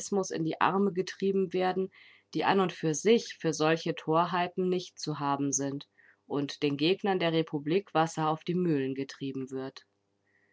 in die arme getrieben werden die an und für sich für solche torheiten nicht zu haben sind und den gegnern der republik wasser auf die mühlen getrieben wird